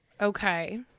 Okay